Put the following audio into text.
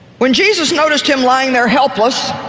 when jesus noticed him lying there helpless,